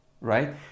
right